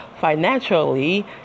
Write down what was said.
financially